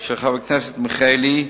של חבר הכנסת מיכאלי: